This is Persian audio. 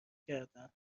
کردم